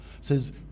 says